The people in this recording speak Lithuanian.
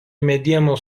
medienos